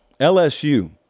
LSU